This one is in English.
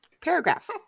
Paragraph